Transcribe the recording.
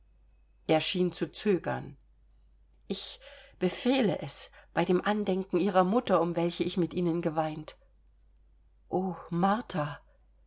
schien zu zögern ich befehle es bei dem andenken ihrer mutter um welche ich mit ihnen geweint oh martha